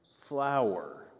flower